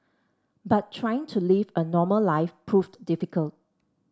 but trying to live a normal life proved difficult